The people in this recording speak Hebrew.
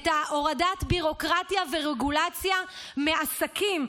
הורדת ביורוקרטיה ורגולציה מעסקים.